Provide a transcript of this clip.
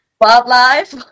wildlife